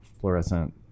fluorescent